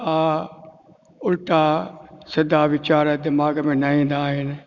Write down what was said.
हा उल्टा सिधा वीचारु दिमाग़ में न ईंदा आहिनि